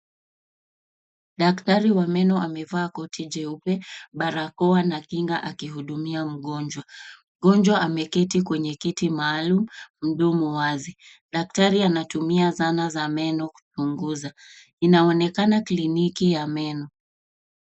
Daktari wa meno amevaa koti jeupe, barakoa na kinga akihudumia mgonjwa. Mgonjwa ameketi kwenye kiti maalum mdomo wazi, daktari anatumia zana za meno kuchunguza, inaonekana kliniki ya meno.